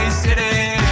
city